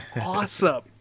Awesome